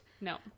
No